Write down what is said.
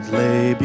lay